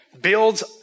builds